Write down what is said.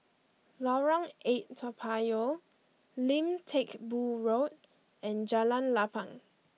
Lorong eight Toa Payoh Lim Teck Boo Road and Jalan Lapang